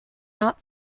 not